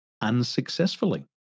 unsuccessfully